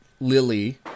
Lily